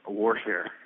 warfare